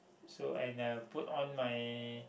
so and I put on my